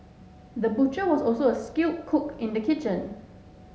the butcher was also a skilled cook in the kitchen